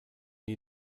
die